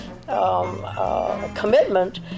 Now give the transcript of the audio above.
Commitment